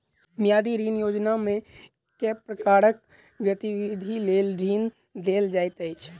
मियादी ऋण योजनामे केँ प्रकारक गतिविधि लेल ऋण देल जाइत अछि